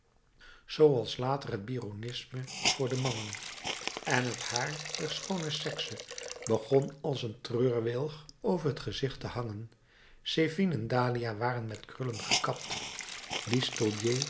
zooals later het byronisme voor de mannen en het haar der schoone sekse begon als een treurwilg over het gezicht te hangen zephine en dahlia waren met krullen gekapt